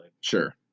Sure